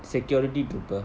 security trooper